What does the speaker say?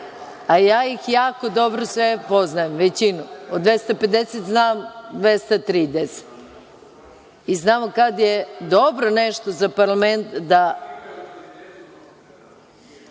a ja ih jako dobro sve poznajem, većinu, od 250 znam 230 i znam kad je dobro nešto za parlament. Znači,